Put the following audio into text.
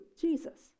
Jesus